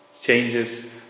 changes